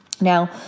Now